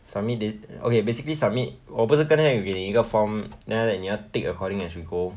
submit then okay basically submit 我不是刚才有给你一个 form then after that 你要 tick according as we go